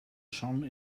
shone